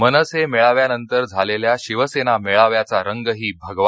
मनसे मेळाव्यानंतर झालेल्या शिवसेना मेळाव्याचा रंगही भगवा